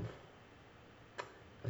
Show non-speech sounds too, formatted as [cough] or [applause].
[noise]